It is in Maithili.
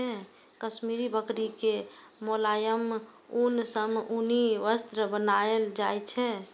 काश्मीरी बकरी के मोलायम ऊन सं उनी वस्त्र बनाएल जाइ छै